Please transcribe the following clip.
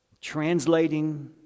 translating